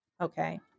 Okay